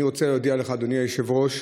אני רוצה להודיע לך, אדוני היושב-ראש,